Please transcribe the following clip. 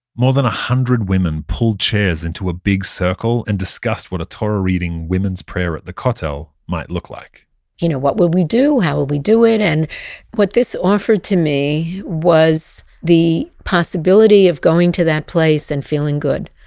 more than one hundred women pulled chairs into a big circle and discussed what a torah-reading women's prayer at the kotel might look like you know, what will we do? how will we do it? and what this offered to me was the possibility of going to that place and feeling good,